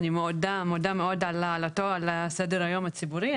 אני מודה מאוד על העלאתו לסדר היום הציבורי.